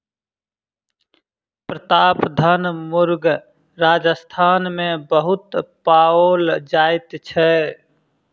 प्रतापधन मुर्ग राजस्थान मे बहुत पाओल जाइत छै